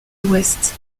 l’ouest